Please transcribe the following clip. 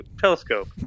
telescope